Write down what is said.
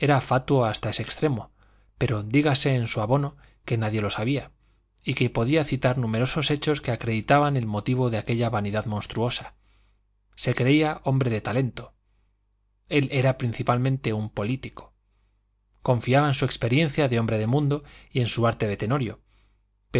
fatuo hasta ese extremo pero dígase en su abono que nadie lo sabía y que podía citar numerosos hechos que acreditaban el motivo de aquella vanidad monstruosa se creía hombre de talento él era principalmente un político confiaba en su experiencia de hombre de mundo y en su arte de tenorio